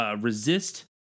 resist